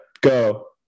Go